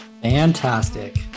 Fantastic